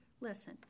listen